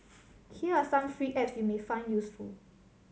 here are some free apps you may find useful